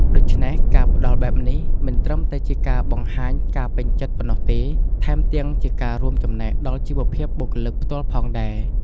ដូច្នេះ ការផ្ដល់បែបនេះ មិនត្រឹមតែជាការបង្ហាញការពេញចិត្តប៉ុណ្ណោះទេ ថែមទាំងជាការរួមចំណែកដល់ជីវភាពបុគ្គលិកផ្ទាល់ផងដែរ។